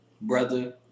Brother